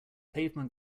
pavement